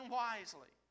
wisely